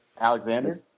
Alexander